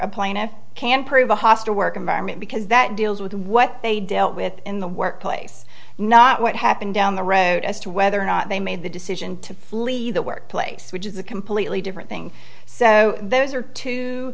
a plaintiff can prove a hostile work environment because that deals with what they dealt with in the workplace not what happened down the road as to whether or not they made the decision to flee the workplace which is a completely different thing so those are two